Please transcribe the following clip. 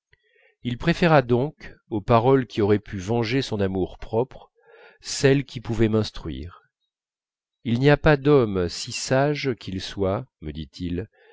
il préféra donc aux paroles qui auraient pu venger son amour-propre celles qui pouvaient m'instruire il n'y a pas d'homme si sage qu'il soit me dit-il